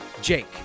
Jake